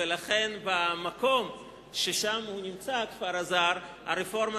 ולכן במקום ששם נמצא כפר אז"ר הרפורמה